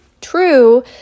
true